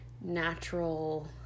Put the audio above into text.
natural